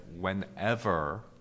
whenever